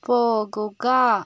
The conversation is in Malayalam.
പോകുക